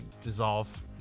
dissolve